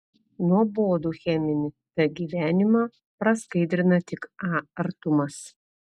nuobodų cheminį t gyvenimą praskaidrina tik a artumas